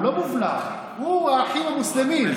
הוא לא מובלע, הוא האחים המוסלמים.